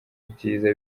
ibyiza